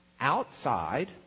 outside